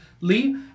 Lee